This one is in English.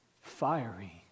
fiery